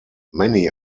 many